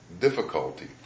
difficulty